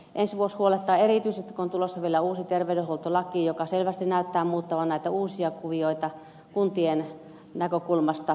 ensi vuosi huolettaa erityisesti kun on tulossa vielä uusi terveydenhuoltolaki joka selvästi näyttää muuttavan näitä uusia kuvioita kuntien näkökulmasta